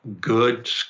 good